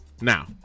now